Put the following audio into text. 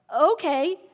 okay